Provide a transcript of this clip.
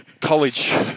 college